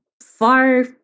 far